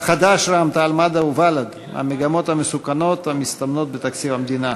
רע"ם-תע"ל-מד"ע ובל"ד: המגמות המסוכנות המסתמנות בתקציב המדינה.